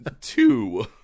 two